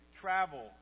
travel